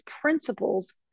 principles